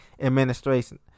Administration